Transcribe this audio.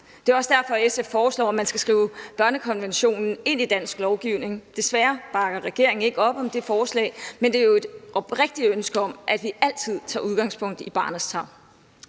Det er også derfor, at SF foreslår, at man skal skrive børnekonventionen ind i dansk lovgivning. Desværre bakker regeringen ikke op om det forslag, men det er jo et oprigtigt ønske om, at vi altid tager udgangspunkt i barnets tarv.